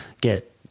get